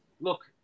look